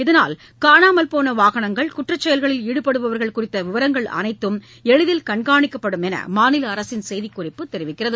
இதனால் காணாமல்போன வாகனங்கள் குற்றச்செயல்களில் ஈடுபடுபவர்க்ள குறித்த விவரங்கள் அனைத்தும் எளிதில் கண்காணிக்கப்படும் என்று மாநில அரசின் செய்திக்குறிப்பு தெரிவிக்கிறது